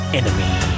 enemy